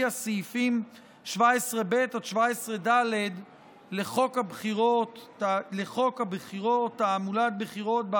הסעיפים 17ב עד 17ד לחוק הבחירות (תעמולת בחירות),